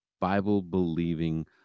Bible-believing